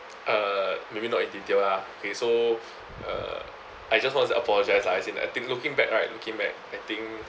uh maybe not in detail lah okay so uh I just want to apologise lah as in I think looking back right looking back I think